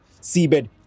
seabed